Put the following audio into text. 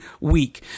week